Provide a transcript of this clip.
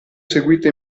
seguito